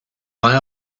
buy